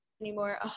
anymore